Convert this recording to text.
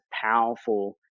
powerful